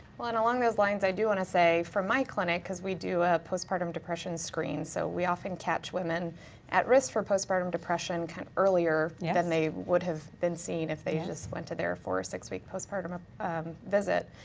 well, and along those lines, i do wanna say, for my clinic, cause we do a postpartum depression screen, so we often catch women at risk for postpartum depression, kind of earlier yeah than they would have been seen if they just went to four or six week postpartum visit.